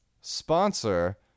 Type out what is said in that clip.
sponsor